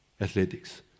athletics